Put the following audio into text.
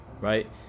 right